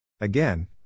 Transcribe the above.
Again